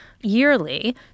yearly